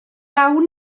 awn